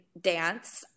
dance